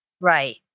right